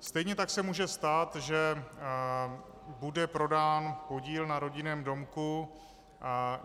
Stejně tak se může stát, že bude prodán podíl na rodinném domku